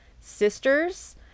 sisters